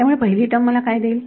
त्यामुळे पहिली टर्म मला काय देईल